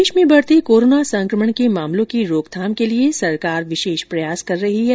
प्रदेश में बढ़ते कोरोना संक्रमण के मामलों की रोकथाम के लिए सरकार विशेष प्रयास कर रही है